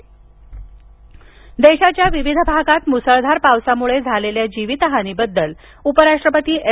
नायड् देशाच्या विविध भागात मुसळधार पावसामुळे झालेल्या जीवितहानीबद्दल उपराष्ट्रपती एम